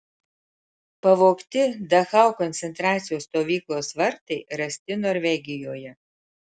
pavogti dachau koncentracijos stovyklos vartai rasti norvegijoje